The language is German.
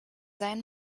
sein